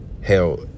hell